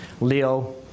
Leo